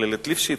במכללת "ליפשיץ",